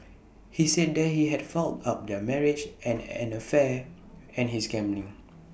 he said that he had fouled up their marriage and an affair and his gambling